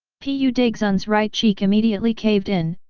pu daxun's right cheek immediately caved in,